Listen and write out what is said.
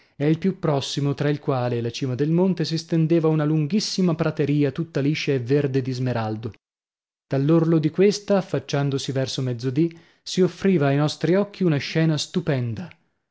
e il più prossimo tra il quale e la cima del monte si stendeva una lunghissima prateria tutta liscia e verde di smeraldo dall'orlo di questa affacciandosi verso mezzodì si offriva ai nostri occhi una scena stupenda